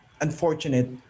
unfortunate